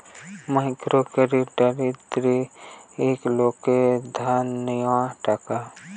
micro credit দরিদ্র লোকদের ধার লেওয়া টাকা